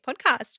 Podcast